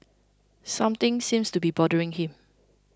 something seems to be bothering him